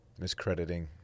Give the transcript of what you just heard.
Miscrediting